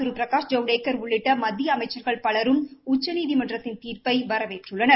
திரு பிரகாஷ் ஜவடேக்கள் உள்ளிட்ட மத்திய அமைச்சர்கள் பலரும் உச்சநீதிமன்றத்தின் தீர்ப்பை வரவேற்றுள்ளனர்